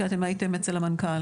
כי אתם הייתם אצל המנכ"ל,